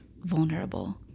vulnerable